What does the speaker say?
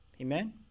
Amen